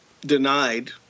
denied